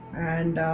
and